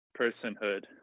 personhood